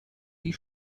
die